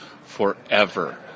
forever